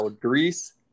Grease